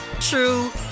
true